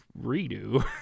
redo